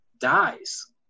dies